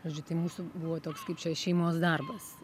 žodžiu tai mūsų buvo toks kaip čia šeimos darbas